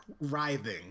writhing